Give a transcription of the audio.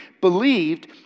believed